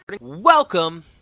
Welcome